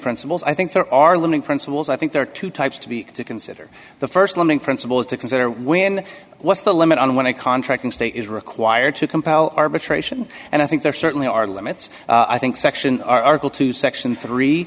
principles i think there are living principles i think there are two types to be to consider the st living principles to consider when was the limit on when it contracting state is required to compel arbitration and i think there certainly are limits i think section article two section three